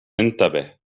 انتبه